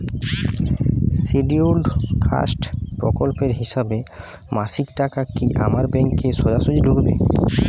Scheduled caste প্রকল্পের হিসেবে মাসিক টাকা কি আমার ব্যাংকে সোজাসুজি ঢুকবে?